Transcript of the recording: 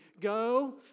Go